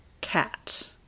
cat